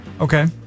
Okay